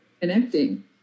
connecting